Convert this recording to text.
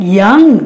Young